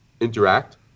interact